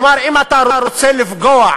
כלומר, אם אתה רוצה לפגוע,